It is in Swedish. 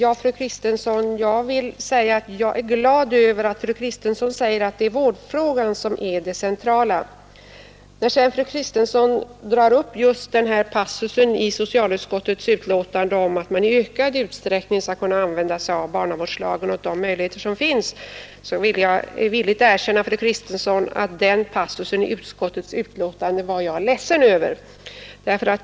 Herr talman! Jag är glad över att fru Kristensson säger att det är vårdfrågan som är det centrala. Fru Kristensson tog upp den här passusen i socialutskottets betänkande om att man i ökad utsträckning skall använda sig av barnavårdslagen och de möjligheter som där finns till omhändertagande. Jag skall villigt erkänna, fru Kristensson, att den passusen i betänkandet var jag ledsen över.